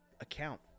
account